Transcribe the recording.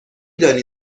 دانی